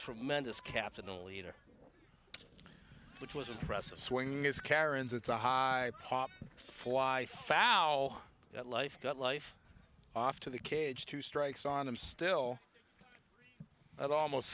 tremendous captain a leader which was impressive swing is karen's it's a high pop fly fast at life got life off to the cage two strikes on him still at almost